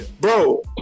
bro